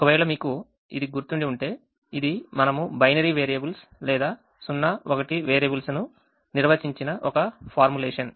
ఒకవేళ మీకు ఇది గుర్తుండి ఉంటే ఇది మనము బైనరీ వేరియబుల్స్ లేదా 0 1 వేరియబుల్స్ ను నిర్వచించిన ఒక ఫార్ములేషన్